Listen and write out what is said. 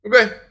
Okay